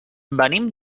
venim